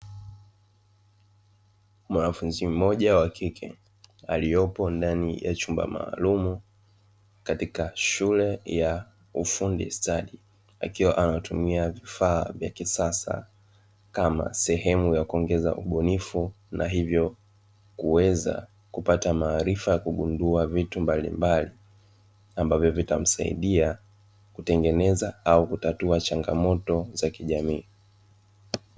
Mwanafunzi mmoja wa kike aliyopo ndani ya chumba maalumu katika shule ya ufundi stadi, akiwa anatumia vifaa vya kisasa kama sehemu ya kuongeza ubunifu na hivyo kuweza kupata maarifa ya kugundua vitu mbalimbali, ambavyo vitamsaidia kutengeneza au kutatua changamoto za kijamii.